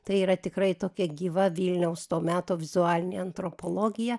tai yra tikrai tokia gyva vilniaus to meto vizualinė antropologija